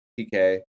PK